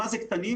מה זה "קטנים"?